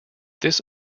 this